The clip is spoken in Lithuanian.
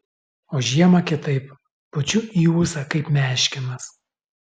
o žiemą kitaip pučiu į ūsą kaip meškinas